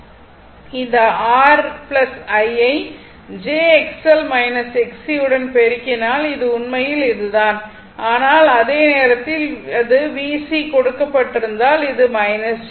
இந்த R I யை j XL Xc உடன் பெருக்கினால் இது உண்மையில் இதுதான் ஆனால் அதே நேரத்தில் அது VC கொடுக்கப்பட்டிருந்தால் அது j